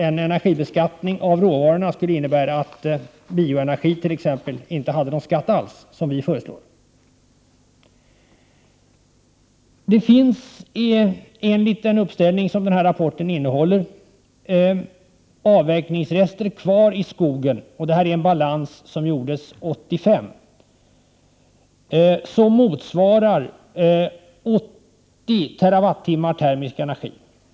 En energibeskattning av råvarorna skulle innebära att exempelvis bioenergi inte beskattades alls, någonting som vi föreslår. Det finns i den här rapporten en liten uppställning över avverkningsrester som är kvar i skogen. Den visar att balansen 1985 motsvarade 80 TWh termisk energi.